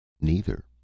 Neither